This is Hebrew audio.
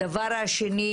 שנית,